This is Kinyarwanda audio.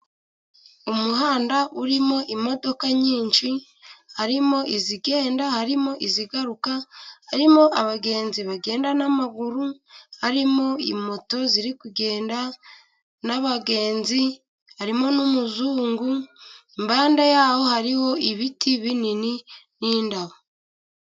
Umuhanda urimo imodoka nyinshi. Harimo izigenda, harimo izigaruka, harimo abagenzi bagenda n'amaguru, harimo imoto ziri kugenda n'abagenzi, harimo n'umuzungu. Impande yaho hariho ibiti binini n'indabo.